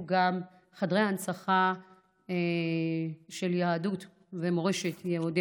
גם חדרי הנצחה של יהדות אתיופיה ומורשתה,